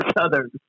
Southern